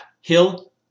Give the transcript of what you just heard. hill